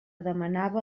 demanava